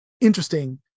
interesting